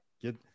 get